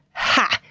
ha!